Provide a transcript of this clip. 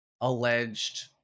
alleged